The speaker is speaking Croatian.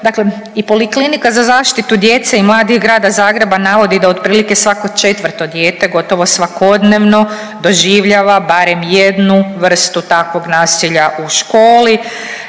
Dakle i Poliklinika za zaštitu djece i mladih grada Zagreba navodi da otprilike svako četvrto dijete gotovo svakodnevno doživljava barem jednu vrstu takvog nasilja u školi.